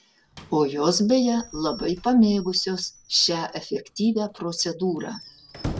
o jos beje labai pamėgusios šią efektyvią procedūrą